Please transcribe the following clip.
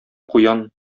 куян